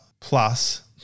Plus